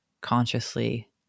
consciously